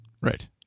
Right